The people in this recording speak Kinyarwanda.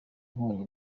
nkongi